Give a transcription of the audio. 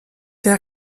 der